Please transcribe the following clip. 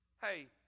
hey